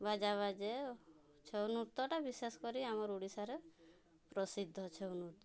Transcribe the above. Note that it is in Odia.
ବାଜା ବାଜେ ଛଉ ନୃତ୍ୟଟା ବିଶେଷ କରି ଆମ ଓଡ଼ିଶାରେ ପ୍ରସିଦ୍ଧ ଛଉ ନୃତ୍ୟ